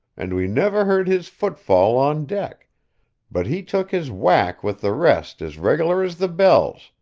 and we never heard his footfall on deck but he took his whack with the rest as regular as the bells,